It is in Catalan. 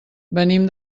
venim